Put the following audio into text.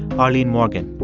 arlene morgan.